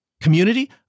Community